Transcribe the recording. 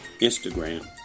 Instagram